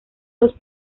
los